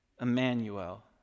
Emmanuel